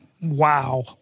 wow